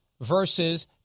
versus